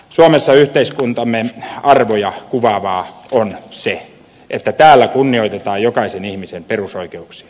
suomessa yhteiskuntamme arvoja kuvaavaa on se että täällä kunnioitetaan jokaisen ihmisen perusoikeuksia